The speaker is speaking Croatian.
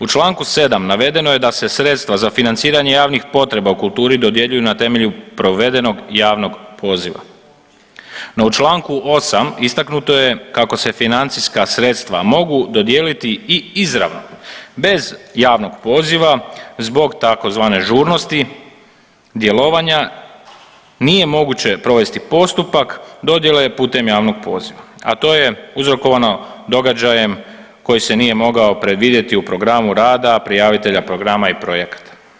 U čl. 7 navedeno je da se sredstva za financiranje javnih potreba u kulturi dodjeljuju na temelju provedenog javnog poziva, no u čl. 8 istaknuto je kako se financijska sredstva mogu dodijeliti i izravno, bez javnog poziva, zbog tzv. žurnosti djelovanja nije moguće provesti postupak dodjele putem javnog poziva, a to je uzrokovano događajem koji se nije mogao predvidjeti u programu rada, prijavitelja programa i projekata.